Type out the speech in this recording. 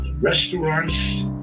restaurants